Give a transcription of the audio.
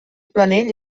planell